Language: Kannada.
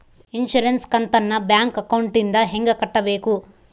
ಇನ್ಸುರೆನ್ಸ್ ಕಂತನ್ನ ಬ್ಯಾಂಕ್ ಅಕೌಂಟಿಂದ ಹೆಂಗ ಕಟ್ಟಬೇಕು?